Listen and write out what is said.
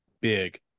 big